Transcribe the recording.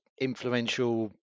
influential